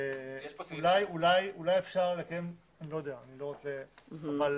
אולי אפשר לנסח, עוד